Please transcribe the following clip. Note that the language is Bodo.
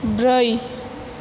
ब्रै